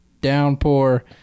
downpour